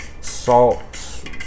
Salt